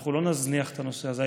אנחנו לא נזניח את הנושא הזה.